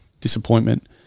disappointment